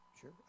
sure